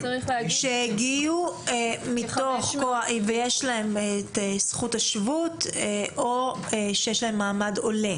שהגיעו ויש להם זכות השבות או שיש להם מעמד עולה.